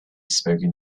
spoken